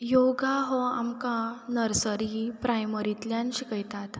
योगा हो आमकां नर्सरी प्रायमरींतल्यान शिकयता